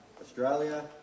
Australia